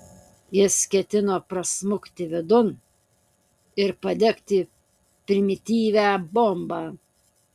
jis ketino prasmukti vidun ir padegti primityvią bombą